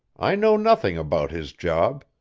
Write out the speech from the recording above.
i know nothing about his job.